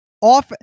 off